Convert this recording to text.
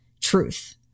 truth